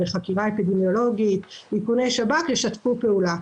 חקירה אפידמיולוגית או איכוני שב"כ ישתפו פעולה.